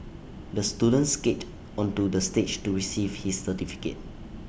the student skated onto the stage to receive his certificate